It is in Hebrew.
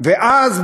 ואז,